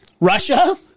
Russia